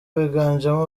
biganjemo